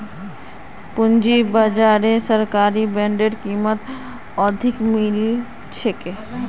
पूंजी बाजारत सरकारी बॉन्डेर कीमत अधिक मिल छेक